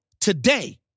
today